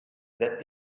that